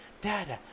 Dada